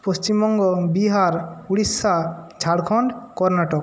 Paschimbanga Bihar Orissa Jharkhand Karnataka